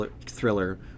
thriller